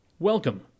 Welcome